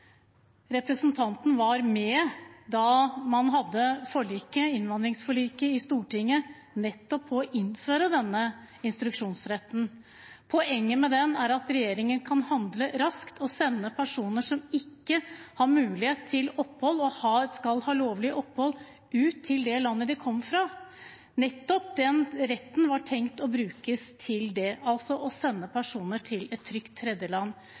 Representanten var ved innvandringsforliket i Stortinget med på nettopp å innføre denne instruksjonsretten. Poenget med den er at regjeringen kan handle raskt og sende personer som ikke har mulighet til å få lovlig opphold, ut til det landet de kom fra. Det var nettopp det retten var tenkt å brukes til, altså å sende personer til et trygt tredjeland.